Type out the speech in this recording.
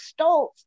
Stoltz